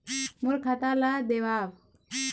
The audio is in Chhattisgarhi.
मोर खाता ला देवाव?